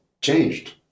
changed